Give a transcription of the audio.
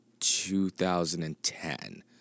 2010